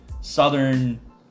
southern